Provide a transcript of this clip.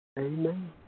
Amen